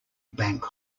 bank